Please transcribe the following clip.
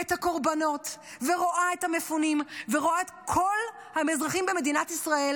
את הקורבנות ורואה את המפונים ורואה כל האזרחים במדינת ישראל,